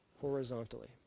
horizontally